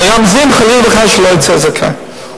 מרמזים שחלילה וחס לא יצא זכאי.